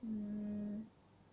mm